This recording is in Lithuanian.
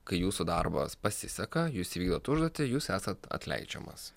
kai jūsų darbas pasiseka jūs įvykdot užduotį jūs esat atleidžiamas